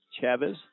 Chavez